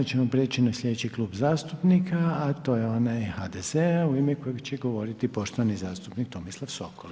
Sad ćemo preći na sljedeći klub zastupnika, a to je onaj HDZ-a u ime kojega će govoriti poštovani zastupnik Tomislav Sokol.